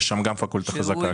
אוקיי, יש שם גם פקולטה חזקה.